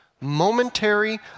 momentary